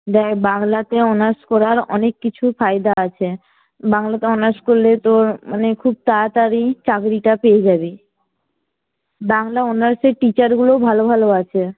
দেখ বাংলাতে অনার্স করার অনেক কিছু ফায়দা আছে বাংলাতে অনার্স করলে তোর মানে খুব তাড়াতাড়ি চাকরিটা পেয়ে যাবি বাংলা অনার্সের টিচারগুলোও ভালো ভালো আছে